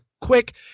quick